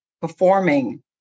performing